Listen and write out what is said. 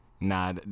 Nah